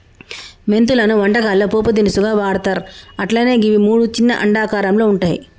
మెంతులను వంటకాల్లో పోపు దినుసుగా వాడ్తర్ అట్లనే గివి మూడు చిన్న అండాకారంలో వుంటయి